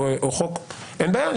אין בעיה,